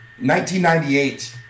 1998